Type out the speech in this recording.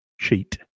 Sheet